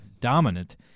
Dominant